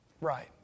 Right